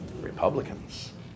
Republicans